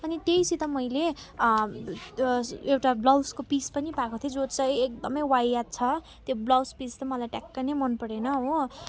अनि त्यहीसित मैले एउटा ब्लाउजको पिस पनि पाएको थिएँ जो चाहिँ एकदमै वाहियात छ त्यो ब्लाउज पिस त मलाई ट्याक्क नै मन परेन हो